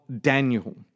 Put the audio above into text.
Daniel